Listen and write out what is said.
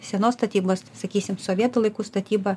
senos statybos sakysim sovietų laikų statyba